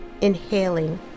inhaling